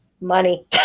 money